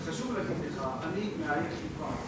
חשוב להגיד לך: אני מהעיר חיפה,